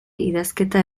idazketa